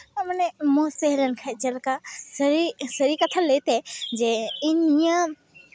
ᱢᱟᱱᱮ ᱢᱚᱡᱽ ᱛᱟᱦᱮᱸ ᱞᱮᱱᱠᱷᱟᱱ ᱪᱮᱫ ᱞᱮᱠᱟ ᱥᱟᱹᱨᱤ ᱥᱟᱹᱨᱤ ᱠᱟᱛᱷᱟ ᱞᱟᱹᱭ ᱛᱮ ᱡᱮ ᱤᱧ ᱱᱤᱭᱟᱹ